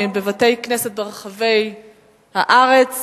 הוא: מעשי ונדליזם ופוגרומים בבתי-כנסת ברחבי הארץ,